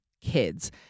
kids